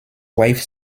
wife